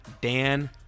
Dan